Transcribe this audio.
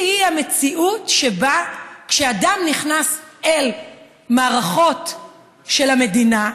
היא-היא המציאות שבה כשאדם נכנס אל מערכות של המדינה,